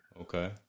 Okay